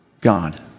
God